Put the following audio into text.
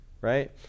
right